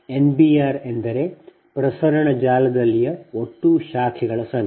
NBR ಎಂದರೆ ಪ್ರಸರಣ ಜಾಲದಲ್ಲಿಯೇ ಒಟ್ಟು ಶಾಖೆಗಳ ಸಂಖ್ಯೆ